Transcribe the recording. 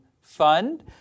Fund